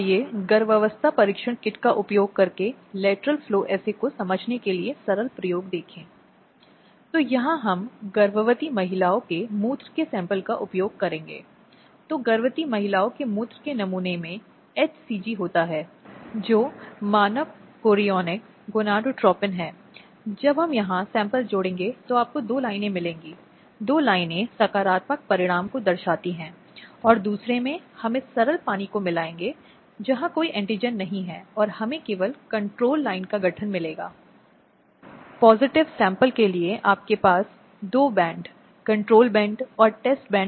इसलिए पेचीदा प्रक्रियाएँ जटिल प्रक्रियाएँ जिन्हें हम न्याय प्रणाली में बोलते हैं जो महंगी है जो थकाऊ है जिसमें वकीलों की मदद की आवश्यकता होती है जहाँ पैसा शामिल होता है जिससे महिलाओं के लिए वास्तव में इस प्रणाली तक पहुँच बनाना बहुत मुश्किल हो जाता है 2005 के अधिनियम के प्रावधानों को हटाकर उसे दूर करने की मांग की गई है